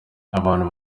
abantu